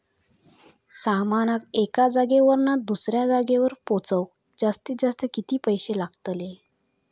सामानाक एका जागेवरना दुसऱ्या जागेवर पोचवूक जास्तीत जास्त किती पैशे लागतले?